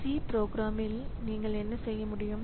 C ப்ரோக்ராமில் நீங்கள் என்ன செய்ய முடியும்